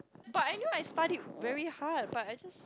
but anyway I studied very hard but I just